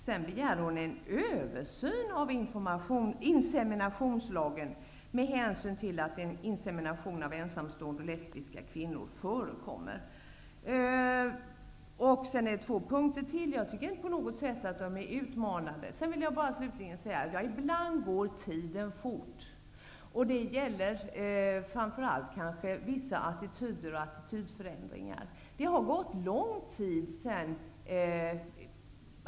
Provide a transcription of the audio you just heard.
Sedan begär hon också en översyn av inseminationslagen, med hänsyn till att insemination av ensamstående och lesbiska kvinnor förekommer. Därutöver finns två punkter till. Jag tycker inte att de på något sätt är utmanande. Ibland går tiden fort, och det gäller framför allt vissa attityder och attitydförändringar.